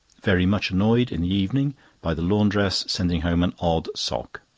very much annoyed in the evening by the laundress sending home an odd sock.